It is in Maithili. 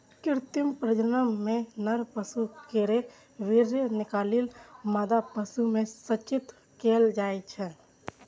कृत्रिम प्रजनन मे नर पशु केर वीर्य निकालि मादा पशु मे सेचित कैल जाइ छै